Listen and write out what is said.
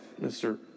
Mr